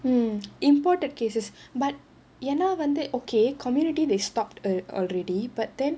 mm imported cases but என்ன வந்து:enna vanthu okay community they stopped al~ already but then